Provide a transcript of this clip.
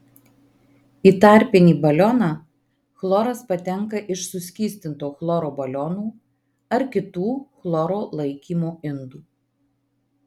į tarpinį balioną chloras patenka iš suskystinto chloro balionų ar kitų chloro laikymo indų